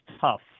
tough